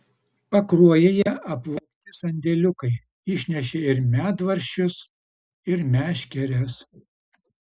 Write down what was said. pakruojyje apvogti sandėliukai išnešė ir medvaržčius ir meškeres